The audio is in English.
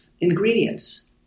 ingredients